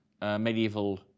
medieval